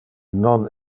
non